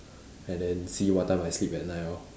and then see what time I sleep at night lor